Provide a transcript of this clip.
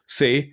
say